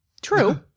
True